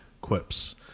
quips